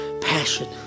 passion